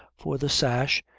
for the sash,